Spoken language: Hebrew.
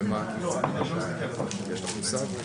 אני האפשרות היחידה שלהם.